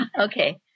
Okay